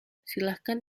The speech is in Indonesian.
silahkan